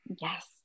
Yes